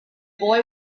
boy